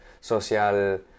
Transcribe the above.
social